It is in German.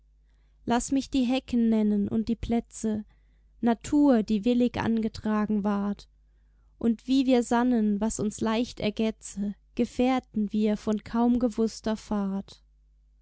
laß mich die hecken nennen und die plätze natur die willig angetragen ward und wie wir sannen was uns leicht ergetze gefährten wir von kaum gewußter fahrt